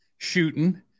shooting